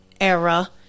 era